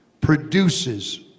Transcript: produces